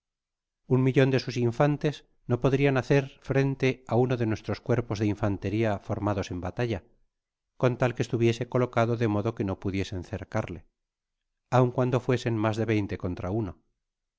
un millon de sus infantes no po drian tiacer frente á uno de nuestros cuerpos de infanteria formados en batalla con tal que estuviese colocado de modo que no pudiesen cercarle aun cuando fuesen mas de veinte contra uno